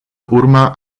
urma